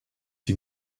die